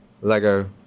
Lego